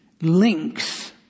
links